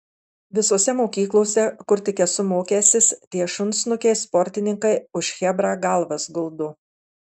visose mokyklose kur tik esu mokęsis tie šunsnukiai sportininkai už chebrą galvas guldo